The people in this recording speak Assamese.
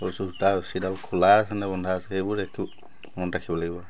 ৰছি জোতা ৰছিডাল খোলা আছেনে বন্ধা আছে এইবিলাক বস্তু মনত ৰাখিব লাগিব